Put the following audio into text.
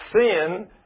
Sin